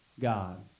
God